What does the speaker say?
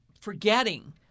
forgetting